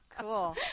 cool